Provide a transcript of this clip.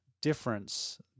difference